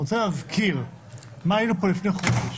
אני רוצה להזכיר מה היינו פה לפני חודש,